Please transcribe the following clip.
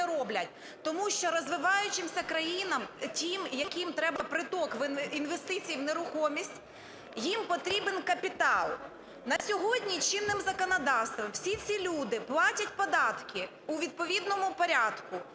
Тому що розвивающимся країнам - тим, яким треба приток інвестицій в нерухомість, їм потрібен капітал. На сьогодні чинним законодавством всі ці люди платять податки у відповідному порядку,